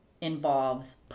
involves